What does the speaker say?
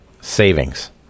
savings